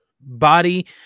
body